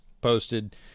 posted